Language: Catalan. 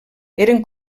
eren